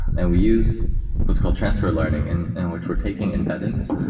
and we use what's called transfer learning and in which we're taking embeddings,